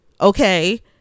okay